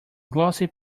glossy